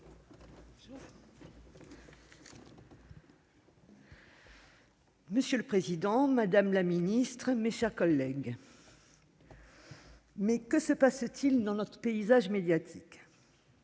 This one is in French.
Monsieur le président, madame la ministre, mes chers collègues, mais que se passe-t-il dans notre paysage médiatique ?